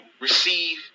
Receive